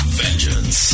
vengeance